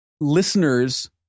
listeners